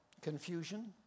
confusion